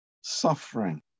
suffering